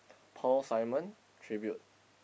Paul-Simon tribute